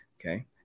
Okay